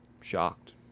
shocked